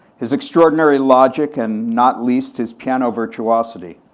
his extraordinary logic, and not least his piano virtuosity.